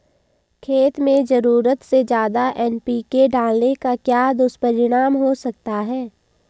खेत में ज़रूरत से ज्यादा एन.पी.के डालने का क्या दुष्परिणाम हो सकता है?